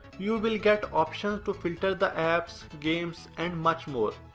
you'll get options to filter the apps games and much more.